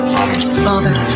Father